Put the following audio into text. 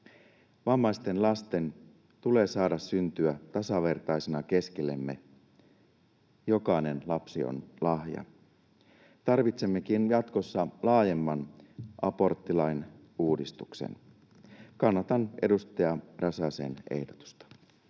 Vammaisten lasten tulee saada syntyä tasavertaisina keskellemme. Jokainen lapsi on lahja. Tarvitsemmekin jatkossa laajemman aborttilain uudistuksen. Kannatan edustaja Räsäsen ehdotusta